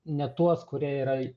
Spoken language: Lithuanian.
ne tuos kurie yra